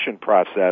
process